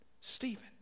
Stephen